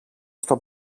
στο